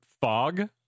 fog